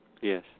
Yes